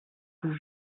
vous